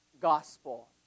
gospel